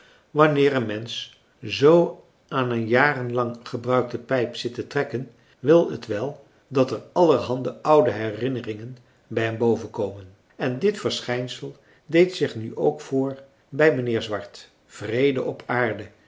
wanneer een mensch zoo aan een jaren lang gebruikte pijp zit te trekken wil het wel dat er allerhande oude herinneringen bij hem bovenkomen en dit verschijnsel deed zich nu ook voor bij mijnheer swart vrede op aarde